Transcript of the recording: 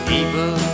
People